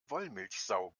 wollmilchsau